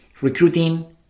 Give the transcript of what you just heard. recruiting